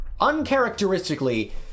uncharacteristically